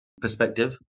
perspective